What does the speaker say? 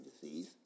Disease